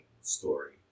story